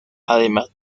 además